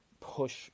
push